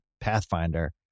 Pathfinder